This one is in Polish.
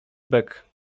bek